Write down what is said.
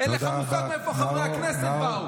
חבר הכנסת, תודה רבה.